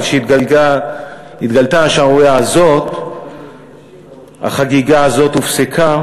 אבל כשהתגלתה השערורייה הזאת החגיגה הופסקה,